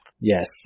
Yes